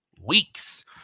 Weeks